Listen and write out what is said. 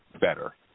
better